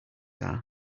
are